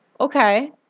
okay